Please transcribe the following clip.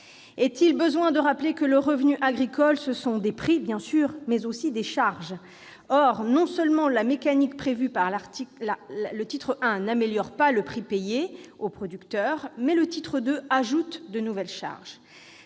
Est-il besoin de rappeler que le revenu agricole, ce sont des prix, bien sûr, mais aussi des charges ? Or, non seulement la mécanique prévue au titre I n'améliorera pas le prix payé au producteur, mais le titre II ajoute de nouvelles charges.